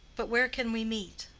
but where can we meet?